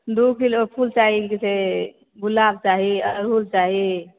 दू किलो फूल चाही की कहै छै गुलाब चाही अरहुल चाही